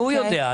הוא יודע.